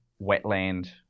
wetland